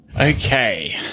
Okay